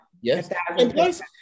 Yes